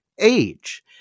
age